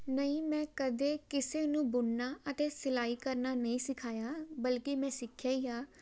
ਨਹੀਂ ਮੈਂ ਕਦੇ ਕਿਸੇ ਨੂੰ ਬੁਣਨਾ ਅਤੇ ਸਿਲਾਈ ਕਰਨਾ ਨਹੀਂ ਸਿਖਾਇਆ ਬਲਕਿ ਮੈਂ ਸਿੱਖਿਆ ਹੀ ਆ